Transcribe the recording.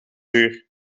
uur